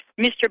Mr